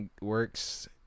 works